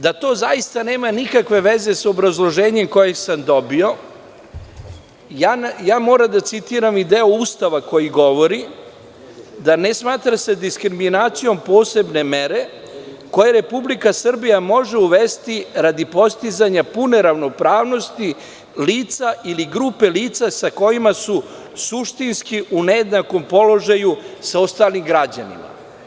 Da to zaista nema nikakve veze sa obrazloženjem koje sam dobio, moram da citiram i deo Ustava koji govori da se ne smatra diskriminacijom posebne mere koje Republika Srbija može uvesti radi postizanja pune ravnopravnosti lica ili grupe lica koja su suštinski u nejednakom položaju sa ostalim građanima.